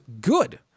good